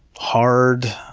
hard